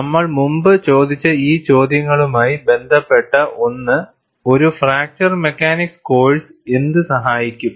നമ്മൾ മുമ്പ് ചോദിച്ച ഈ ചോദ്യങ്ങളുമായി ബന്ധപ്പെട്ട ഒന്ന് ഒരു ഫ്രാൿചർ മെക്കാനിക്സ് കോഴ്സ് എന്ത് സഹായിക്കും